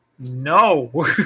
No